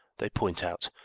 they point out,